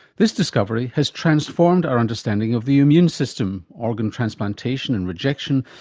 this discovery has transformed our understanding of the immune system, organ transplantation and rejection,